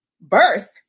birth